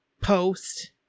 post